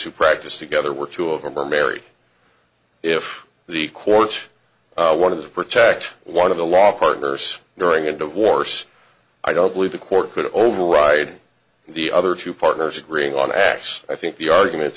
who practice together work two of them are married if the court one of the protect one of the law partners during a divorce i don't believe the court could override the other two partners agreeing on x i think the argument